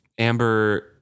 Amber